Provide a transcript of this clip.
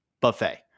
buffet